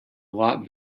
lot